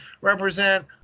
represent